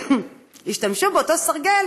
השתמשו באותו סרגל